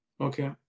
Okay